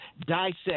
dissect